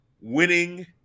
winning